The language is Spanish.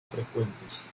frecuentes